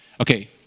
Okay